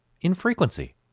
infrequency